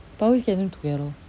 probably get them together lor